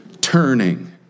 turning